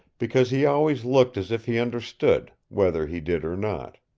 because he always looked as if he understood, whether he did or not.